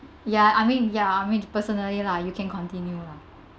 ya I mean ya I mean personally lah you can continue